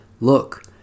Look